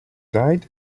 died